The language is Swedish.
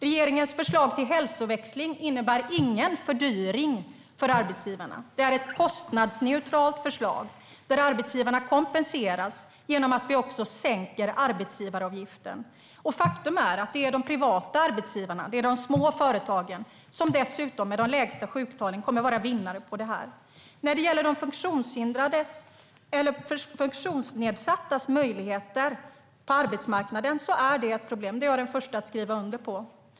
Regeringens förslag till hälsoväxling innebär ingen fördyring för arbetsgivarna. Det är ett kostnadsneutralt förslag, där arbetsgivarna kompenseras genom att vi också sänker arbetsgivaravgiften. Faktum är att det är de privata arbetsgivarna, de små företagen, dessutom med de lägsta sjuktalen, som kommer att vara vinnare på det här. Funktionsnedsattas möjligheter på arbetsmarknaden är ett problem. Det är jag den första att skriva under på.